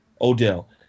Odell